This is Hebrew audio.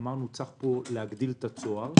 אמרנו שצריך להגדיל את הצוהר.